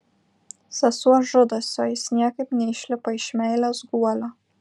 sesuo žudosi o jis niekaip neišlipa iš meilės guolio